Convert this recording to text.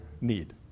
need